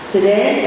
Today